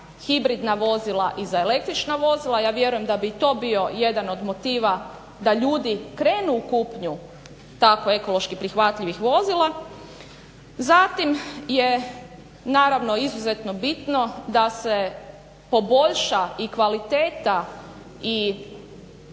hibridna vozila i za električna vozila. Ja vjerujem da bi i to bio jedan od motiva da ljudi krenu u kupnju tako ekološki prihvatljivih vozila. Zatim je naravno izuzetno bitno da se poboljša i kvaliteta i